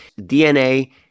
DNA